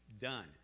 done